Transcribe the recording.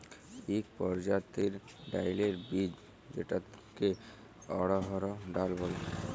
ইক পরজাতির ডাইলের বীজ যেটাকে অড়হর ডাল ব্যলে